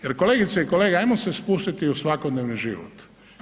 Jer kolegice i kolege ajmo se spustiti u svakodnevni život.